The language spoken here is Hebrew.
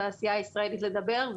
לתעשייה הישראלית לדבר,